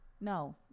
No